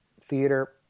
theater